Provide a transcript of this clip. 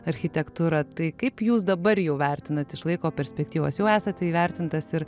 architektūra tai kaip jūs dabar jau vertinat iš laiko perspektyvos jau esat įvertintas ir